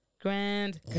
grand